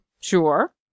Sure